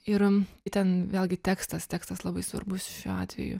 ir ten vėlgi tekstas tekstas labai svarbus šiuo atveju